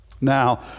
Now